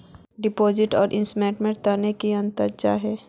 Deposit आर investment तोत की अंतर जाहा?